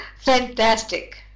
Fantastic